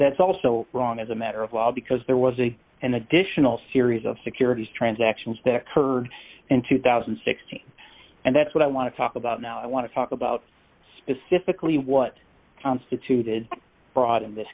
that's also wrong as a matter of law because there was a an additional series of securities transactions that occurred in two thousand and sixteen and that's what i want to talk about now i want to talk about specifically what constituted fraud in this